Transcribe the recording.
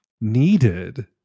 needed